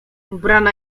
ubrana